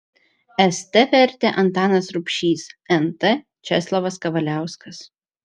st vertė antanas rubšys nt česlovas kavaliauskas